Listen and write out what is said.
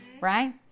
right